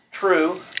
True